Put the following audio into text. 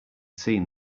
seen